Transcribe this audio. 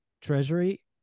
Treasury